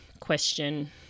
question